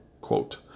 quote